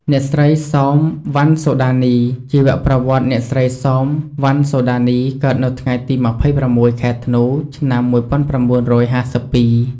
អ្នកស្រី សោម វណ្ណសូដានី ជីវប្រវត្តិ អ្នកស្រី សោម វណ្ណសូដានី កើតនៅថ្ងៃទី២៦ ខែធ្នូ ឆ្នាំ១៩៥២។